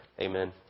amen